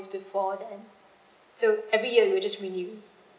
before then so every year we'll just renew